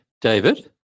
David